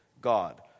God